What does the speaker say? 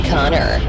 Connor